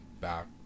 back